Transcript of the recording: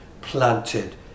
planted